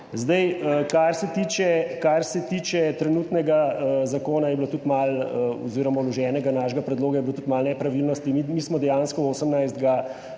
Zdaj, kar se tiče trenutnega zakona je bilo tudi malo oz. vloženega našega predloga, je bilo tudi malo nepravilnosti. Mi smo dejansko 18.